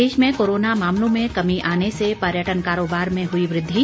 प्रदेश में कोरोना मामलों में कमी आने से पर्यटन कारोबार में हुई वृद्धि